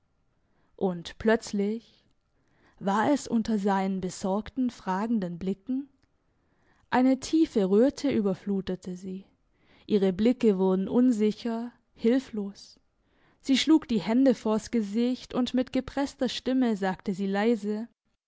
und plötzlich war es unter seinen besorgten fragenden blicken eine tiefe röte überflutete sie ihre blicke wurden unsicher hilflos sie schlug die hände vors gesicht und mit gepresster stimme sagte sie leise